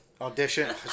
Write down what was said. Audition